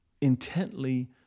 intently